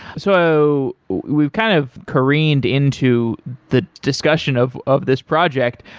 so we've kind of careened into the discussion of of this project.